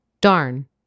Darn